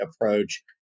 approach